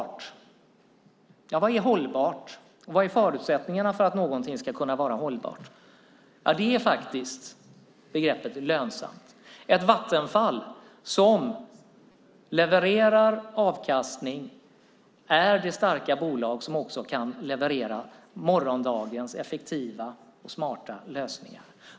Vad är hållbart, och vad är förutsättningarna för att någonting ska kunna vara hållbart? Då får man använda begreppet lönsamt. Ett Vattenfall som levererar avkastning är det starka bolag som också kan leverera morgondagens effektiva och smarta lösningar.